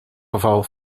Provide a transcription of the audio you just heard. geval